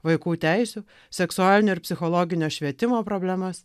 vaikų teisių seksualinio ir psichologinio švietimo problemas